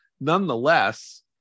Nonetheless